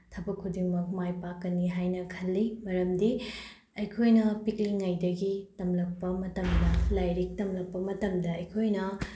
ꯊꯕꯛ ꯈꯨꯗꯤꯡꯃꯛ ꯃꯥꯏ ꯄꯥꯛꯀꯅꯤ ꯍꯥꯏꯅ ꯈꯜꯂꯤ ꯃꯔꯝꯗꯤ ꯑꯩꯈꯣꯏꯅ ꯄꯤꯛꯂꯤꯉꯩꯗꯒꯤ ꯇꯝꯂꯛꯄ ꯃꯇꯝꯗ ꯂꯥꯏꯔꯤꯛ ꯇꯝꯂꯛꯄ ꯃꯇꯝꯗ ꯑꯩꯈꯣꯏꯅ